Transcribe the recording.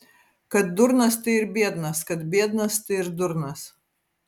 kad durnas tai ir biednas kad biednas tai ir durnas